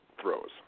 throws